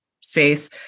space